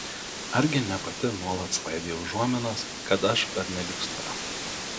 argi ne pati nuolat svaidei užuominas kad aš pernelyg stora